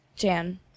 Jan